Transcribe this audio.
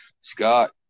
Scott